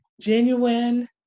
genuine